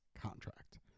contract